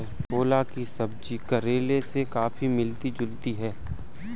ककोला की सब्जी करेले से काफी मिलती जुलती होती है